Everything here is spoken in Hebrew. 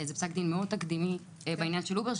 זה פסק דין תקדימי מאוד בעניין של אובר,